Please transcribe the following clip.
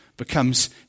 becomes